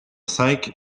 cinq